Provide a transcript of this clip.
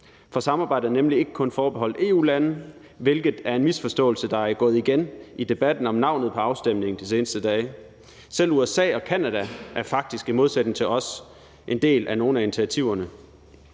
For samarbejdet er nemlig ikke kun forbeholdt EU-lande, hvilket er en misforståelse, der også er gået igen i debatten om navnet på afstemningen i de seneste dage. Selv USA og Canada er faktisk i modsætning til os en del af nogle af initiativerne.